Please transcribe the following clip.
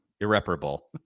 irreparable